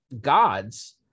gods